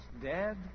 dead